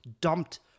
dumped